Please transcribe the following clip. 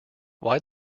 why